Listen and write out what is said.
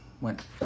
went